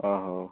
ଅ ହଉ